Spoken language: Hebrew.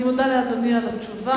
אני מודה לאדוני על התשובה.